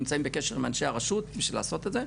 נמצאים בקשר עם אנשי הרשות בשביל לעשות את זה,